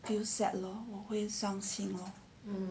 feel 我会伤心咯